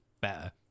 better